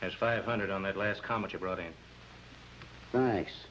as five hundred on that last comment you brought in